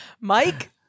Mike